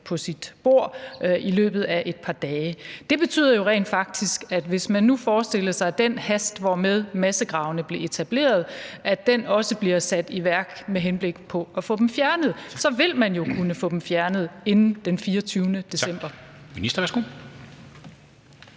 på sit bord i løbet af et par dage, vil jeg sige: Det betyder jo rent faktisk, at hvis man nu forestiller sig, at den hast, hvormed massegravene blev etableret, også bliver sat i værk med henblik på at få dem fjernet, vil man kunne få dem fjernet inden den 24. december.